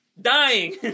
dying